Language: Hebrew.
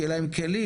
שיהיה להם כלים,